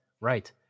right